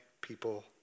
people